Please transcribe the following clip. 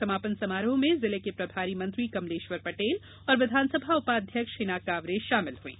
समापन समारोह में जिले के प्रभारी मंत्री कमलेश्वर पटेल और विधानसभा उपाध्यक्ष हिना कांवरे शामिल हुईं